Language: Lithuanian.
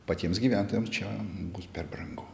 patiems gyventojams čia bus per brangu